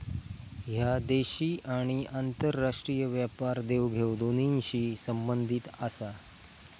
ह्या देशी आणि आंतरराष्ट्रीय व्यापार देवघेव दोन्हींशी संबंधित आसा